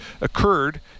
occurred